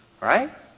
Right